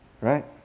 Right